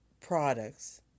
products